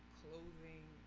clothing